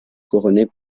couronnées